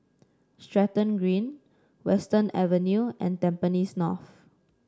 Stratton Green Western Avenue and Tampines North